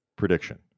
Prediction